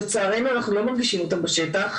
אבל לצערנו אנחנו לא מרגישים אותם בשטח.